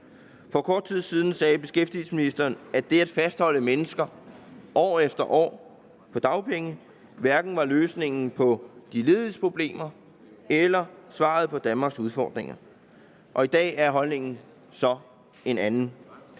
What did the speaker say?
For kort tid siden sagde beskæftigelsesministeren, at det at fastholde mennesker på dagpenge år efter år hverken var løsningen på de lediges problemer eller svaret på Danmarks udfordringer. Og i dag er holdningen så en anden.